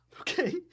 Okay